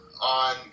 on